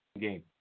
game